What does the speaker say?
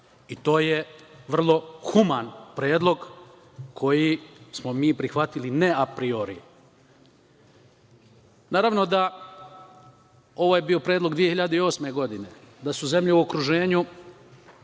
To je vrlo human predlog koji smo mi prihvatili ne apriori. Naravno, ovo je bio predlog 2008. godine da su zemlje u okruženju